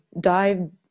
dive